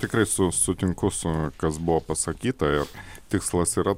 tikrai su sutinku su kas buvo pasakyta jog tikslas yra